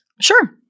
Sure